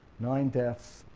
nine deaths,